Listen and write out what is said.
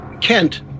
Kent